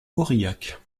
aurillac